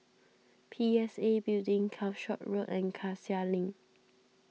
P S A Building Calshot Road and Cassia Link